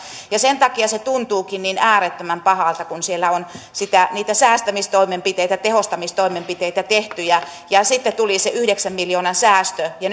sen takia se tuntuukin niin äärettömän pahalta kun siellä on niitä säästämistoimenpiteitä ja tehostamistoimenpiteitä tehty ja ja sitten tuli se yhdeksän miljoonan säästö ja